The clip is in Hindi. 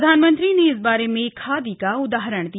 प्रधानमंत्री ने इसबारे में खादी का उदाहरण दिया